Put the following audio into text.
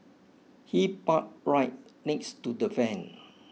he parked right next to the van